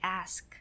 ask